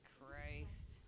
Christ